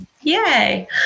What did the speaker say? yay